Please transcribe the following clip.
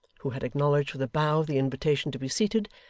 who had acknowledged with a bow the invitation to be seated,